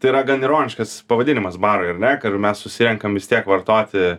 tai yra gan ironiškas pavadinimas barui ar ne kad mes susirenkam visi tiek vartoti